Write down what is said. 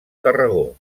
tarragó